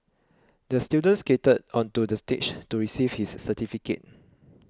the student skated onto the stage to receive his certificate